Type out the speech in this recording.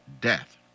death